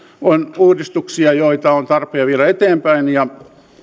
on uudistuksia joita on tarpeen viedä eteenpäin